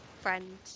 Friend